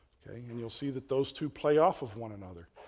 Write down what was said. ok? and you'll see that those two play off of one another.